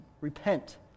Repent